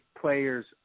players